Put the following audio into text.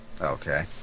Okay